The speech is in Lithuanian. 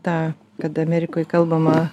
tą kad amerikoj kalbama